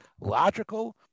logical